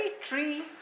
tree